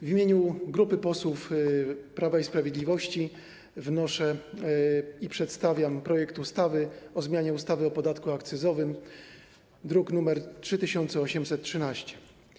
W imieniu grupy posłów Prawa i Sprawiedliwości wnoszę i przedstawiam projekt ustawy o zmianie ustawy o podatku akcyzowym, druk nr 3813.